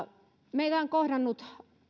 on kohdannut